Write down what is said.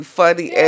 funny